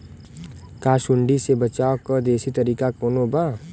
का सूंडी से बचाव क देशी तरीका कवनो बा?